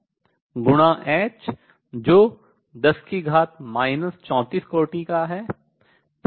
गुणा h जो 10 34 कोटि का है